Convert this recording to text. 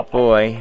boy